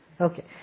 Okay